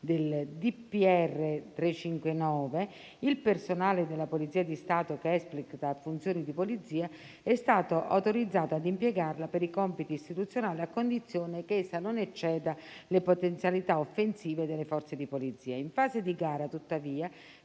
n. 359, il personale della Polizia di Stato che espleta funzioni di polizia è stato autorizzato a impiegarla per i compiti istituzionali, a condizione che essa non ecceda le potenzialità offensive delle Forze di polizia. In fase di gara, tuttavia,